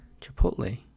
Chipotle